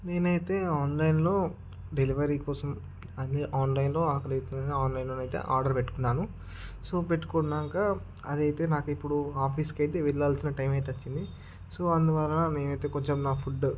నేనైతే ఆన్లైన్లో డెలివరీ కోసం అది ఆన్లైన్లో ఆకలి అయితుందని ఆన్లైన్లోనైతే ఆర్డర్ పెట్టుకున్నాను సో పెట్టుకున్నంక అది అయితే నాకు ఇప్పుడు ఆఫీస్కి అయితే వెళ్ళాల్సిన టైం అయితే వచ్చింది సో అందువల్ల నేనైతే కొంచెం నా ఫుడ్